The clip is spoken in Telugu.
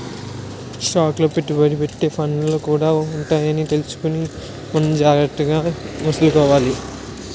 స్టాక్ లో పెట్టుబడి పెట్టే ఫండ్లు కూడా ఉంటాయని తెలుసుకుని మనం జాగ్రత్తగా మసలుకోవాలి